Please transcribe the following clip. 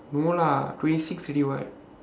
no lah twenty six already [what]